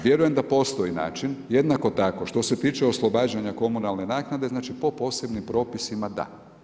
Vjerujem da postoji način, jednako tako što se tiče oslobađanja komunalne naknade, po posebnim propisima, da.